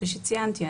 כפי שציינתי,